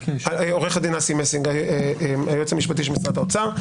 עורך הדין אסי מסינג, היועץ המשפטי של משרד האוצר.